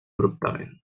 abruptament